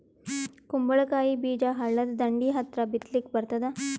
ಕುಂಬಳಕಾಯಿ ಬೀಜ ಹಳ್ಳದ ದಂಡಿ ಹತ್ರಾ ಬಿತ್ಲಿಕ ಬರತಾದ?